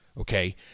okay